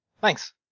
Thanks